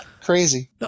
crazy